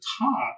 top